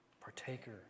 partaker